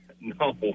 No